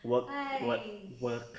work what work